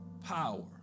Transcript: power